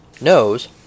knows